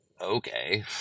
Okay